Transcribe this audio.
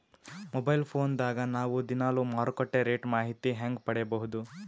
Mobile phone ದಾಗ ನಾವು ದಿನಾಲು ಮಾರುಕಟ್ಟೆ ರೇಟ್ ಮಾಹಿತಿ ಹೆಂಗ ಪಡಿಬಹುದು?